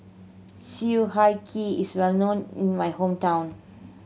sue high key is well known in my hometown